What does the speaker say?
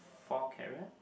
four carrot